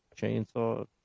Chainsaw